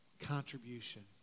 contribution